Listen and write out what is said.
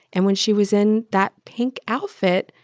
and when she was in that pink outfit,